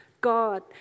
God